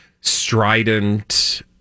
strident